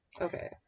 Okay